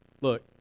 Look